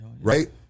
right